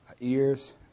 ears